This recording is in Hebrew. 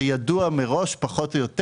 שידוע מראש פחות או יותר.